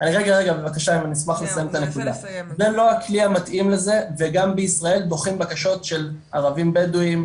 זה לא הכלי המתאים לזה וגם בישראל דוחים בקשות של ערבים בדואים,